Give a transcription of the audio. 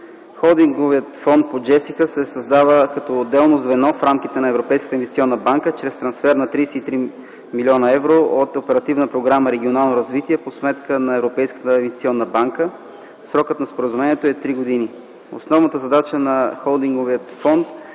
Холдинговият фонд по JESSICA се създава като отделно звено в рамките на Европейската инвестиционна банка чрез трансфер на 33 млн. евро от Оперативна програма „Регионално развитие” по сметка на Европейската инвестиционна банка. Срокът на споразумението е три години. Основната задача на Холдинговия фонд